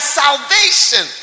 salvation